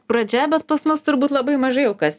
pradžia bet pas mus turbūt labai mažai jau kas